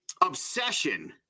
obsession